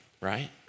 right